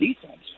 defense